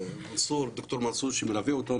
ד"ר מנסור,